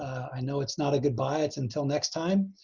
i know it's not a goodbye, it's until next time.